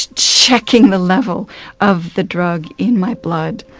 checking the level of the drug in my blood.